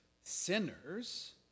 sinners